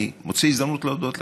אני מוצא הזדמנות להודות לך,